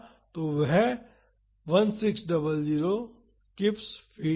तो वह 1600 kips feet है